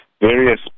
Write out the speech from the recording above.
various